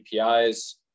APIs